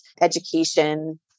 education